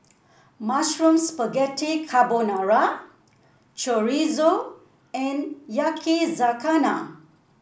Mushroom Spaghetti Carbonara Chorizo and Yakizakana